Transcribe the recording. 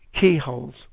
keyholes